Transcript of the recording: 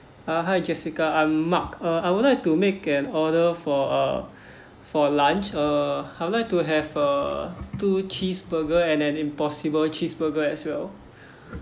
uh hi jessica I'm mark uh I would like to make an order for uh for lunch uh I would like to have uh two cheeseburger and an impossible cheeseburger as well